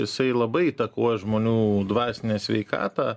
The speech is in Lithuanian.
jisai labai įtakoja žmonių dvasinę sveikatą